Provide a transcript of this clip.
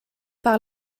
par